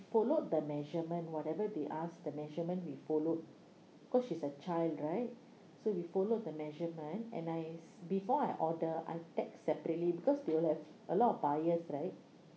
followed the measurement whatever they asked the measurement we followed cause she's a child right so we followed the measurement and I before I order I text separately because they will have a lot of buyers right